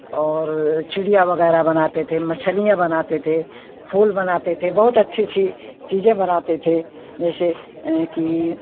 और चिड़िया वगैरह बनाते थे मछलियां बनाते थे फूल बनाते थे बहुत अच्छी अच्छी चीज़ें बनाते थे जैसे कि